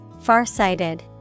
Farsighted